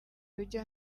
urujya